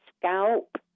scalp